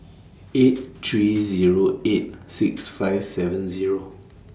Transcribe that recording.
eight three Zero eight six five seven Zero